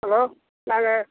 hello நாங்கள்